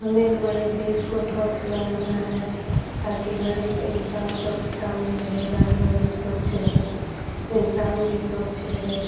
हमें हमारे देश को स्वच्छ बनाना है ताकि हर एक इन्सान स्वच्छता में रहे जानवर भी स्वच्छ रहे इंसान भी स्वच्छ रहे